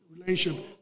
relationship